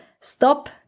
stop